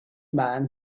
man